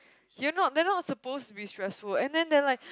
they not they are not suppose to be stressful and then they're like